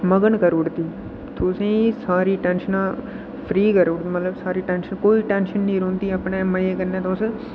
मगन करी ओड़दी तुसें गी सारी टैंशनां फ्री करी ओड़ग मतलब सारी टैंशन कोई बी टैंशन निं रौंह्दी अपने मजे कन्नै तुस